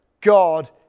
God